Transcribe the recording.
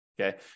Okay